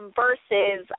versus